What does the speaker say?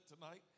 tonight